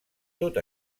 tot